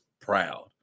proud